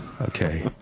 Okay